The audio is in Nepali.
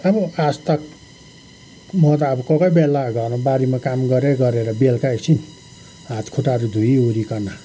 अब आजतक म त अब कोही कोही बेला घरबारीमा काम गऱ्यो गरेर बेलका एकछिन हात खुट्टाहरू धोइवरिकन